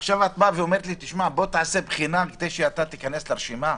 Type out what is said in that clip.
עכשיו את אומרת לי לעבור בחינה כדי להיכנס לרשימה?